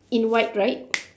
in white right